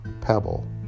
pebble